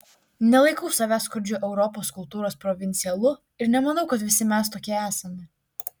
nelaikau savęs skurdžiu europos kultūros provincialu ir nemanau kad visi mes tokie esame